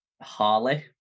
Harley